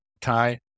tie